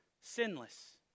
sinless